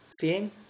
seeing